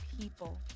people